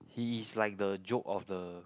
he is like the joke of the